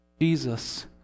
Jesus